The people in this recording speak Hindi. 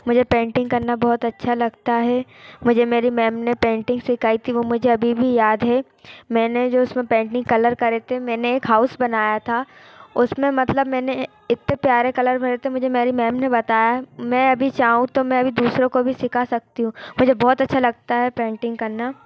मुझे पेंटिंग करना बहुत अच्छा लगता है मुझे मेरी मैम ने पेंटिंग सिखाई थी वो मुझे अभी भी याद है मैंने जो उस में पेंटिंग कलर करे थे मैंने एक हाउस बनाया था उस में मतलब मैंने इतने प्यारे कलर भरे थे मुझे मेरी मैम ने बताया मैं अभी चाहूँ तो मैं भी दूसरों को भी सिखा सकती हूँ मुझे बहुत अच्छा लगता है पेंटिंग करना